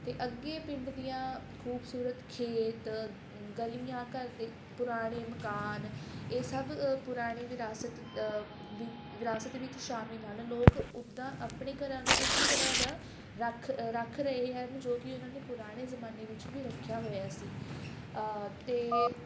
ਅਤੇ ਅੱਗੇ ਪਿੰਡ ਦੀਆਂ ਖੂਬਸੂਰਤ ਖੇਤ ਗਲੀਆਂ ਘਰ ਦੇ ਪੁਰਾਣੇ ਮਕਾਨ ਇਹ ਸਭ ਪੁਰਾਣੀ ਵਿਰਾਸਤ ਵਿ ਵਿਰਾਸਤ ਵਿੱਚ ਸ਼ਾਮਿਲ ਹਨ ਲੋਕ ਉੱਦਾਂ ਆਪਣੇ ਘਰਾਂ ਨੂੰ ਉਸੀ ਤਰ੍ਹਾਂ ਦਾ ਰੱਖ ਰੱਖ ਰਹੇ ਹਨ ਜੋ ਕਿ ਉਹਨਾਂ ਨੇ ਪੁਰਾਣੇ ਜ਼ਮਾਨੇ ਵਿੱਚ ਵੀ ਰੱਖਿਆ ਹੋਇਆ ਸੀ ਅਤੇ